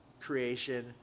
creation